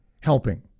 helping